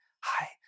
hi